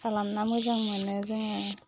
खालामना मोजां मोनो जोङो